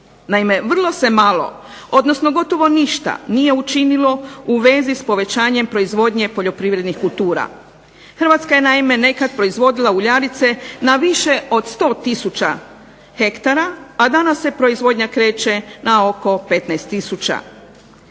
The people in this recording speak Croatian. Naime, vrlo se malo, odnosno gotovo ništa nije učinilo u vezi s povećanjem proizvodnje poljoprivrednih kultura. Hrvatska je naime nekad proizvodila uljanice na više od 100 tisuća hektara, a danas se proizvodnja kreće na oko 15